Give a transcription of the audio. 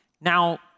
Now